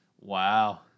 Wow